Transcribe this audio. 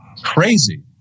crazy